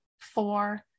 four